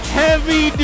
heavy